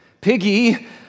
Piggy